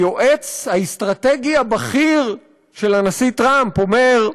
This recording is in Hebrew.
היועץ האסטרטגי הבכיר של הנשיא טראמפ, אומר,